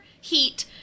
heat